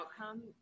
outcome